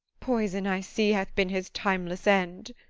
poison, i see, hath been his timeless end